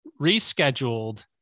rescheduled